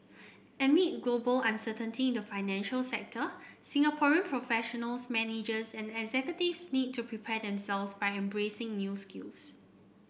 amid global uncertainty in the financial sector Singaporean professionals managers and executives need to prepare themselves by embracing new skills